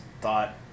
thought